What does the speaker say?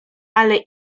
ale